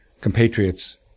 compatriots